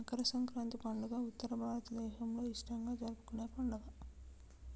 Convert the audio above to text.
మకర సంక్రాతి పండుగ ఉత్తర భారతదేసంలో ఇష్టంగా జరుపుకునే పండుగ